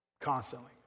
Constantly